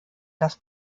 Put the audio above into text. das